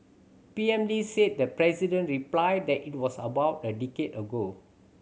P M Lee said the president replied that it was about a decade ago